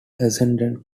ascended